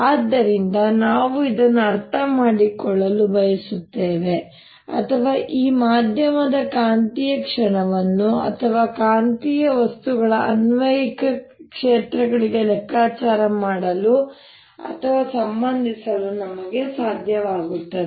ಆದ್ದರಿಂದ ನಾವು ಇದನ್ನು ಅರ್ಥಮಾಡಿಕೊಳ್ಳಲು ಬಯಸುತ್ತೇವೆ ಅಥವಾ ಈ ಮಾಧ್ಯಮದ ಕಾಂತೀಯ ಕ್ಷಣವನ್ನು ಅಥವಾ ಕಾಂತೀಯ ವಸ್ತುಗಳ ಅನ್ವಯಿಕ ಕ್ಷೇತ್ರಗಳಿಗೆ ಲೆಕ್ಕಾಚಾರ ಮಾಡಲು ಅಥವಾ ಸಂಬಂಧಿಸಲು ನಮಗೆ ಸಾಧ್ಯವಾಗುತ್ತದೆ